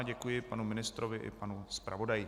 Děkuji panu ministrovi i panu zpravodaji.